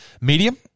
Medium